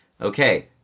okay